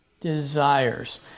desires